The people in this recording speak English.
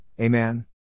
Amen